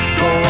go